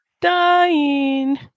Dying